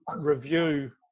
review